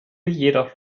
jedoch